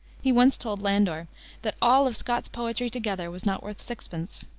he once told landor that all of scott's poetry together was not worth sixpence.